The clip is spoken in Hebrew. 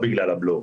לא בגלל הבלו,